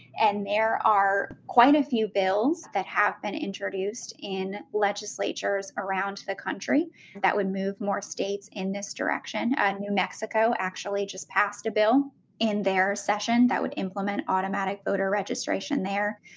and there are quite a few bills that have been introduced in legislatures around the country that would move more states in this direction, and new mexico actually just passed a bill in their session that would implement automatic voter registration there.